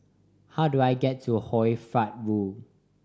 how do I get to Hoy Fatt Road